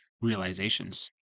realizations